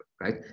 right